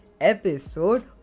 episode